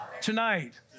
tonight